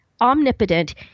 omnipotent